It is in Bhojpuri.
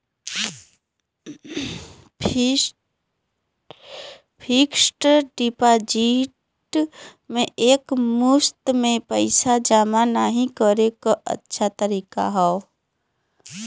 फिक्स्ड डिपाजिट में एक मुश्त में पइसा जमा नाहीं करे क अच्छा तरीका हौ